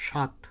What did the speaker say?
সাত